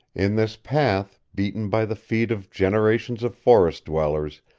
in this path, beaten by the feet of generations of forest dwellers,